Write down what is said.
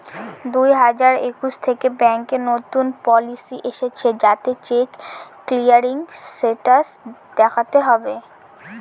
দুই হাজার একুশ থেকে ব্যাঙ্কে নতুন পলিসি এসেছে যাতে চেক ক্লিয়ারিং স্টেটাস দেখাতে হবে